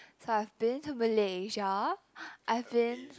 so I've been to Malaysia I've been